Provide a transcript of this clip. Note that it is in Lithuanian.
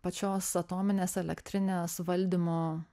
pačios atominės elektrinės valdymo